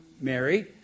Mary